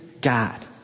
God